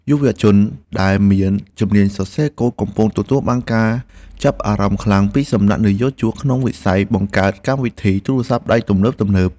យុវជនដែលមានជំនាញសរសេរកូដកំពុងទទួលបានការចាប់អារម្មណ៍ខ្លាំងពីសំណាក់និយោជកក្នុងវិស័យបង្កើតកម្មវិធីទូរស័ព្ទដៃទំនើបៗ។